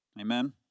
Amen